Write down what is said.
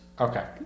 Okay